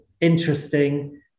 interesting